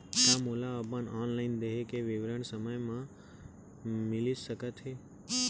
का मोला अपन ऑनलाइन देय के विवरण समय समय म मिलिस सकत हे?